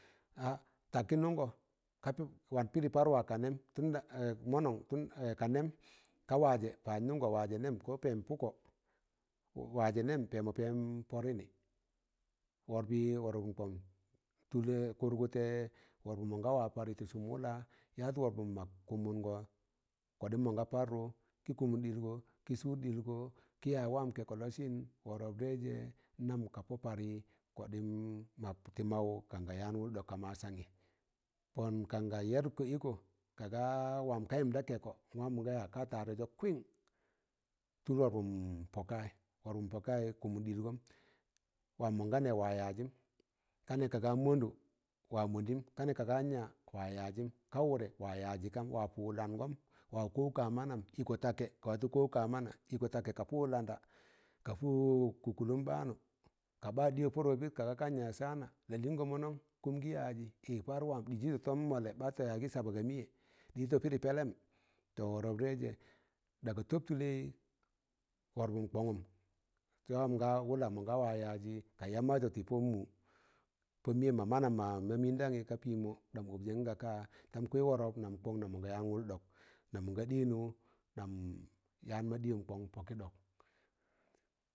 takị nụngọ, ka pi wat pịrị parwa ka nẹm tunda mọnọn ka nẹm ka wajẹ pas nụngọ wajẹ nẹm ko ko pẹm pụkọ wajẹ nẹm pẹmo pẹm pọọrini, wọrpị wọrpụm kọngụm, tụlẹị kụrgụtẹ wọrpụm mọ ga wa parị tị sụm wụla yat wọrpụm mọ kụmụm gọ kọɗịm mọn ga parrụ kị kụmụn ɗịlgọ kị sụụd ɗịlgọ, kị yaz wam kẹkọ lọsịn wọrọp taịzẹ a nam ka pọ pari kọɗịm ma tị mawụ kan ga yaan wụl ɗọk ka masanị, pọn kan ga yẹrụkkọ ịkọ, ka ga wam kayịm da kẹkọ, a wam mọn ga ya ka taan rẹzọ kwin, tụl wọrpụm pọ kayị, tụl wọrpụm pọ kayị, wọrpụm pọ kayị kụmụn ɗịlgọm, wam mọn ganẹ wa yaajịm, kanẹ ka gan mọndụ wa mọndịm, kanẹ ka gann'ya wa yajịm, kawụ dẹ wa yajị kam, wa pụ' langọm, wa kọụ kaa manam, ịkọ takẹ, kawatu kọụ ka mana ịkọ takẹ ka pụ' landa ka pụ' kụkụlụm baanụ, ka ba ɗịyọ pọ rọbịt kaga kan yaz saana, lalịịngọ mọnọn kụm gị yajị ịg par wam ɗigito tom mọllẹ barụtọ yaz sab ga mịyẹ ɗịdụtọ pịrị pẹlẹm tọ wọrọp daịzẹ ɗaga tọb tụlẹị wọrbụm kọngụm se wam ga wụla mọ ga wa yajị ka ya mazọ tị pọ muu, po mịyẹm mọ manam ma mịndayị ka pịmọ, ɗam ọbjẹn ngaka, ndam ka wẹ wọrọp nam kọng, nam mọ ga yaan wụl ɗọk, nan mọn ga ɗịnụ, nam yaan ma ɗịyọn kọn pọkị ɗọk.